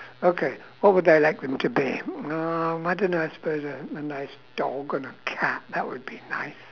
okay what would I like them to be um I don't know I suppose a a nice dog or a cat that would be nice